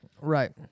Right